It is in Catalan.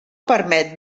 permet